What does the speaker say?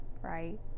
right